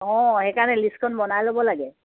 অঁ সেইকাৰণে লিষ্টখন বনাই ল'ব লাগে